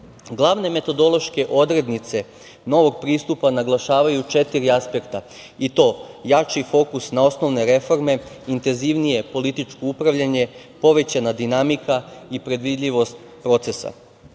metodološke odrednice novog pristupa naglašavaju četiri aspekta, i to: jači fokus na osnovne reforme, intenzivnije političko upravljanje, povećana dinamika i predvidljivost procesa.